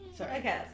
Okay